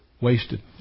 Wasted